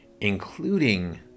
including